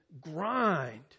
grind